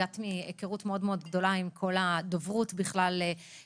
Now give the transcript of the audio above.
הגעת מהכרות גדולה מאוד עם כל הדוברות של הכנסת,